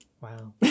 Wow